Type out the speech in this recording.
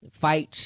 fights